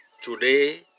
today